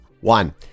one